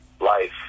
life